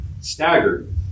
Staggered